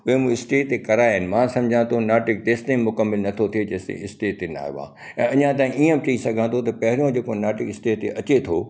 उहे मूं स्टेज ते कराया आहिनि मां सम्झा थो नाटक तेसि ताईं मुकम्मल न थो थिए जेसि ताईं स्टेज ते न आहियो आहे ऐं अञा ताईं ईअं ब चई सघां थो त पहिरियों जेको नाटक स्टेज ते अचे थो